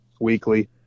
weekly